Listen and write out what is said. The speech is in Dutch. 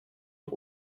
een